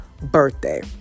birthday